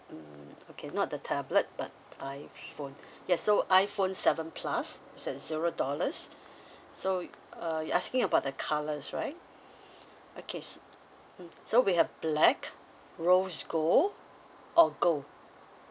mm okay not the tablet but iphone yes so iphone seven plus is at zero dollars so uh you asking about the colours right okay mm so we have black rose gold or gold